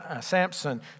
Samson